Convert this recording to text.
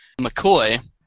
McCoy